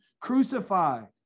crucified